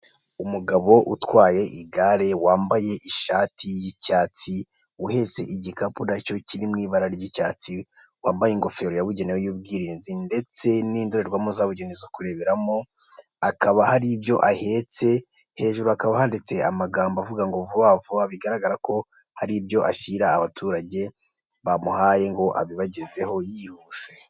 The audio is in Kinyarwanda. Umugabo utwaye igare wambaye ishati y'icyatsi, uhetse igikapu na cyo kiri mu ibara ry'icyatsi, wambaye ingofero yabugenewe y'ubwirinzi ndetse n'indorerwamo zabugenewe zo kureberamo, hakaba hari ibyo ahetse, hejuru hakaba handitse amagambo avuga ngo vuba vuba, bigaragara ko hari ibyo ashyira abaturage bamuhaye ngo abibagezeho yihuse.